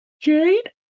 Jade